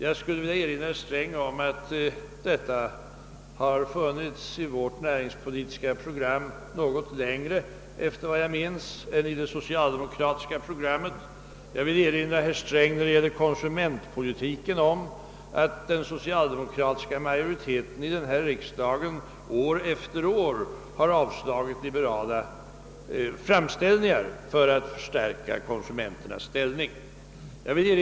Jag skulle vilja erinra herr Sträng om att detta har funnits i vårt näringspolitiska program något längre än i det socialdemokratiska programmet — efter vad jag minns. När det gäller konsumentpolitiken vill jag erinra herr Sträng om, att den socialdemokratiska majoriteten i denna riksdag år efter år har avslagit liberala framställningar i syfie att förstärka konsumenternas ställning.